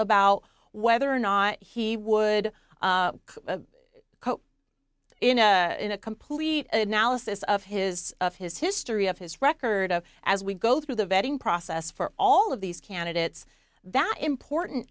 about whether or not he would cope in a in a complete analysis of his of his history of his record as we go through the vetting process for all of these candidates that important